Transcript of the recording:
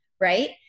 right